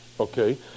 Okay